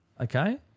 okay